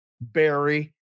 Barry